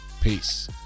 Peace